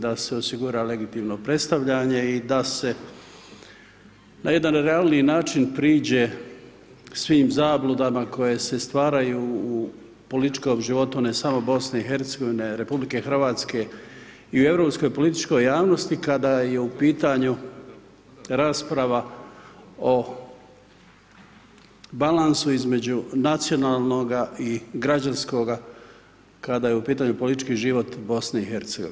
Da se osigura legitimno predstavljanje i da se na jedan realniji način priđe svim zabludama koje se stvaraju u političkom životu ne samo BiH, RH i u europskoj političkoj javnosti kada je u pitanju rasprava o balansu između nacionalnoga i građanskoga, kada je u pitanju politički život BiH.